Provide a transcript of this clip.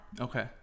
okay